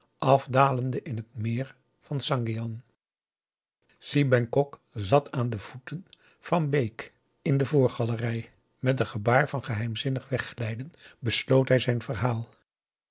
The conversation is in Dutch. afdalende in het meer van sangean si bengkok zat aan de voeten van bake in de voorgalerij met een gebaar van geheimzinnig wegglijden besloot hij zijn verhaal